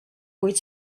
kuid